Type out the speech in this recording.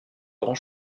grand